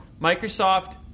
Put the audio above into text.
Microsoft